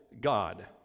God